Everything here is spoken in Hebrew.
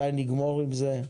מתי, מתי נגמור עם זה?